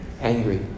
angry